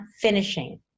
finishing